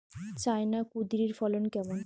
China কুঁদরীর ফলন কেমন?